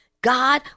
God